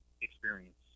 experience